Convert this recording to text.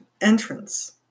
entrance